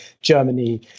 Germany